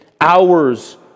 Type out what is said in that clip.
Hours